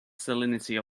salinity